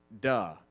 duh